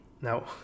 Now